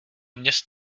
měst